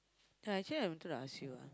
ya actually I wanted to ask you ah